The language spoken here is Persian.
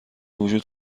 وجود